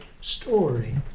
story